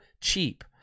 cheap